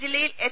ജില്ലയിൽ എച്ച്